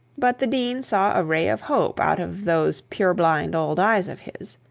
but the dean saw a ray of hope out of those purblind old eyes of his.